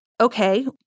okay